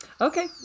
Okay